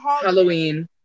Halloween